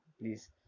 Please